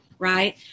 right